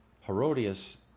Herodias